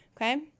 Okay